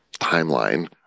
timeline